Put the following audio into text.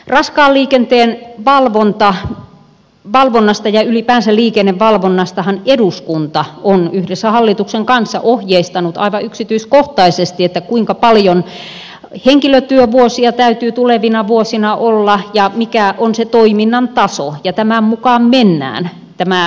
raskaan liikenteen valvonnasta ja ylipäänsä liikennevalvonnastahan eduskunta on yhdessä hallituksen kanssa ohjeistanut aivan yksityiskohtaisesti kuinka paljon henkilötyövuosia täytyy tulevina vuosina olla ja mikä on se toiminnan taso ja tämän mukaan mennään